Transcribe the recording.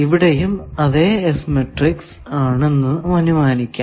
ഇവിടെയും അതെ S matrix ആണെന്ന് അനുമാനിക്കാം